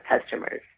customers